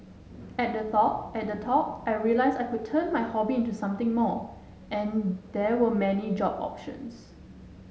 at the talk at the talk I realised I could turn my hobby into something more and there were many job options